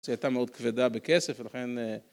זה הייתה מאוד כבדה בכסף, ולכן...